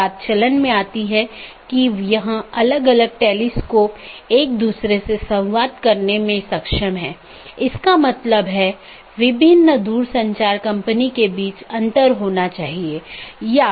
एक AS traffic की निश्चित श्रेणी के लिए एक विशेष AS पाथ का उपयोग करने के लिए ट्रैफिक को अनुकूलित कर सकता है